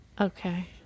Okay